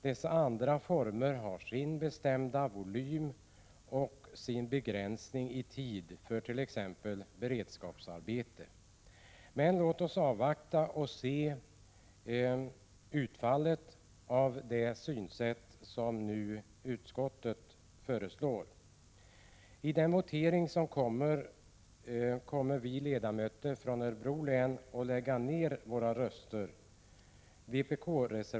Dessa andra former har sin bestämda volym och sin begränsning i tid för t.ex. beredskapsarbete. Men låt oss avvakta och se vilket resultat som utskottets förslag får. I voteringen kommer de socialdemokratiska ledamöterna från Örebro län att lägga ner sina röster.